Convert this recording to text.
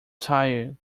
tired